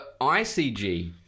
ICG